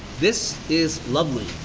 this is lovely.